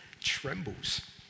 trembles